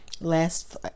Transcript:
last